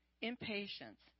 Impatience